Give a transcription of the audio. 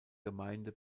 gemeinde